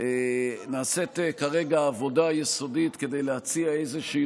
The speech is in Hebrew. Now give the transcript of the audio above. נעשית כרגע עבודה יסודית כדי להציע איזושהי